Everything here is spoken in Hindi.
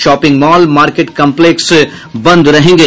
शॉपिंग मॉल मार्केट कॉपलेक्स बंद रहेंगे